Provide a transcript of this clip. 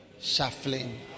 shuffling